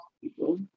people